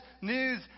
news